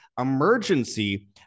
emergency